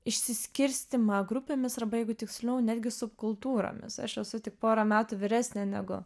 išsiskirstymą grupėmis arba jeigu tiksliau netgi subkultūromis aš esu tik porą metų vyresnė negu